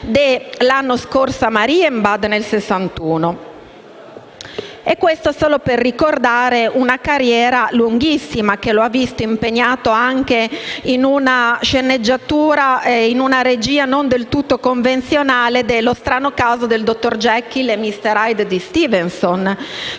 de «L'anno scorso a Marienbad» nel 1961. E questo solo per ricordare una carriera lunghissima, che lo ha visto impegnato anche in una regia non del tutto convenzionale de «Lo strano caso del dottor Jekyll e del signor Hyde» di Stevenson,